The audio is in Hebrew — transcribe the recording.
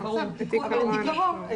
את עיקרו,